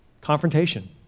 Confrontation